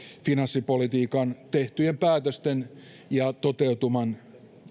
finanssipolitiikan tehtyjen päätösten ja toteutuman